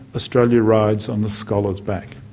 australia rides on the scholar's back.